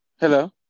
Hello